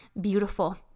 beautiful